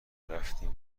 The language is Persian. رفتیم